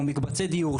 או מקבצי דיור,